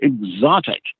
exotic